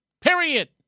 Period